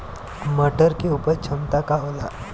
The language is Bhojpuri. मटर के उपज क्षमता का होला?